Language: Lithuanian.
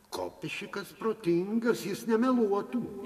kopišikas protingas jis nemeluotų